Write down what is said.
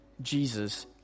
Jesus